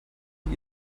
die